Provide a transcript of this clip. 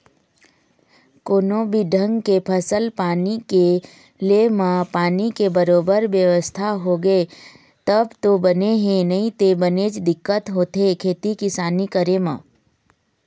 कोनो भी ढंग के फसल पानी के ले म पानी के बरोबर बेवस्था होगे तब तो बने हे नइते बनेच दिक्कत होथे खेती किसानी करे म